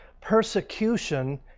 persecution